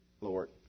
Lord